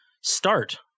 start